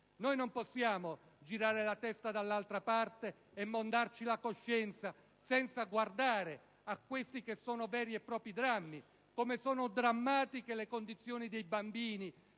Non possiamo girare la testa dall'altra parte e mondarci la coscienza senza guardare a questi autentici drammi, come sono drammatiche le condizioni dei bambini